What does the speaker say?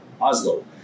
Oslo